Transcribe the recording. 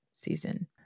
Season